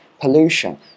pollution